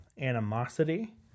animosity